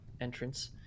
entrance